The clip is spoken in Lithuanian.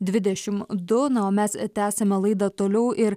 dvidešim du na o mes tęsiame laidą toliau ir